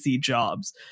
jobs